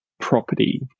property